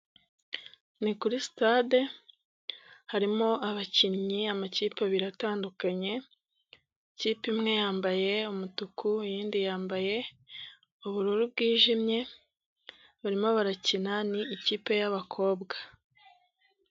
Ni kuri sitade harimo abakinnyi, amakipe abiri atandukanye, ikipe imwe yambaye umutuku iy'indi yambaye ubururu bwijimye barimo barakina ni ikipe y'abakobwa.